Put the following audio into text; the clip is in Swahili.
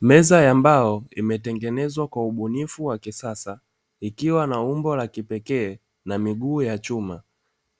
Meza ya mbao imetengenezwa kwa ubunifu wa kisasa, ikiwa na umbo la kipekee, na miguu ya chuma.